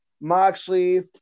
Moxley